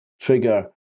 trigger